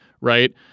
right